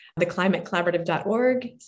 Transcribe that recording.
theclimatecollaborative.org